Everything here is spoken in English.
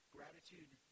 Gratitude